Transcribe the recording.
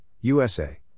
USA